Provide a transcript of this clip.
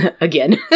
Again